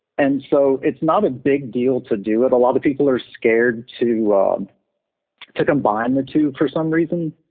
and so it's not a big deal to do it. a lot of people are scared to to combine the two for some reason,